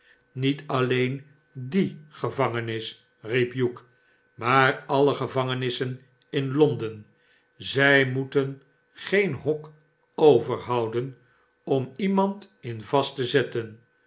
niet alleen die gevangenis riep hugh smaar alle gevangenissen in l on den zij moeten geen hok overhouden om iemand in vast te zetten